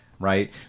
right